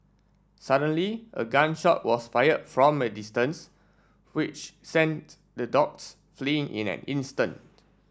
suddenly a gun shot was fired from a distance which sent the dogs fleeing in an instant